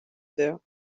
there